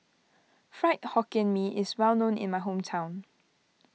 Fried Hokkien Nee is well known in my hometown